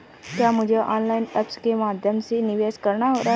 क्या मुझे online apps के माध्यम से निवेश करना चाहिए?